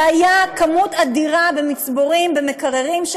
הייתה כמות אדירה של אגסים במקררים,